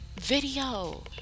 video